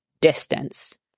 distance